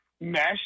mesh